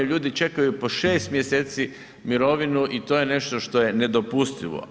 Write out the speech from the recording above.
Ljudi čekaju po 6 mjeseci mirovinu i to je nešto što je nedopustivo.